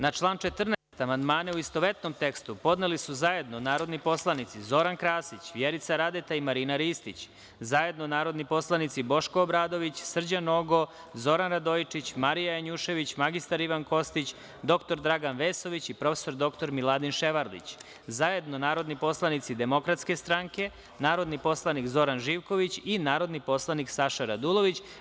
Na član 14. amandmane u istovetnom tekstu podneli su zajedno narodni poslanici Zoran Krasić, Vjerica Radeta i Marina Ristić, zajedno narodni poslanici Boško Obradović, Srđan Nogo, Zoran Radojičić, Marija Janjušević, mr Ivan Kostić, dr Dragan Vesović i prof. dr Miladin Ševarlić, zajedno narodni poslanici DS, narodni poslanik Zoran Živković, narodni poslanik Saša Radulović.